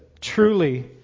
Truly